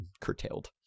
curtailed